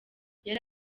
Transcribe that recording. yari